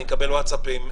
אני מקבל ווטסאפים.